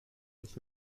und